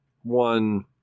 one